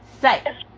say